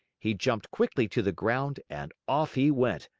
he jumped quickly to the ground and off he went,